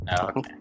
Okay